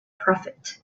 prophet